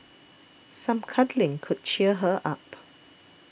some cuddling could cheer her up